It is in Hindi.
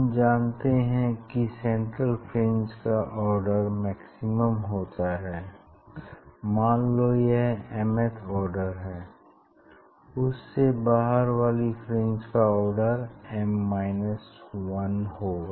हम जानते हैं कि सेंट्रल फ्रिंज का आर्डर मैक्सिमम होता है मान लो यह mth आर्डर है उससे बाहर वाली फ्रिंज का आर्डर m 1 होगा